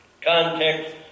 context